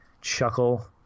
chuckle